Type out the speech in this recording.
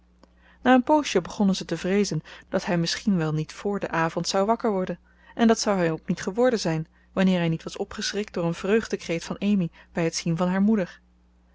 na een poosje begonnen ze te vreezen dat hij misschien wel niet voor den avond zou wakker worden en dat zou hij ook niet geworden zijn wanneer hij niet was opgeschrikt door een vreugdekreet van amy bij het zien van haar moeder